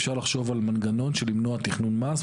אפשר לחשוב על מנגנון של למנוע תכנון מס,